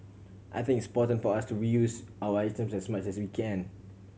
I think it's important for us to reuse our items as much as we can